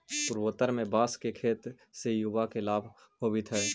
पूर्वोत्तर में बाँस के खेत से युवा के लाभ होवित हइ